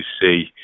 see